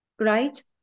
right